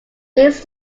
these